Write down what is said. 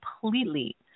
completely